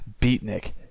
beatnik